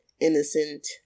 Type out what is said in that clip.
innocent